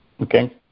Okay